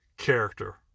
Character